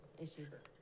issues